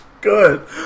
good